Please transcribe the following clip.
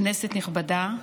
כנסת נכבדה,